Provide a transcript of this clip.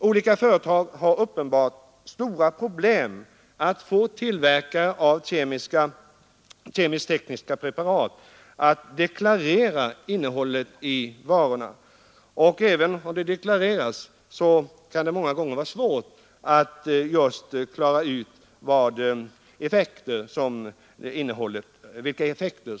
Olika företag har uppenbarligen stora problem att få tillverkare av kemisk-tekniska preparat att deklarera innehållet i sina varor. Och även om varorna deklareras kan det ofta vara svårt att klara ut vilka effekter innehållet har.